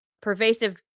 Pervasive